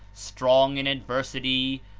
strong in adversity,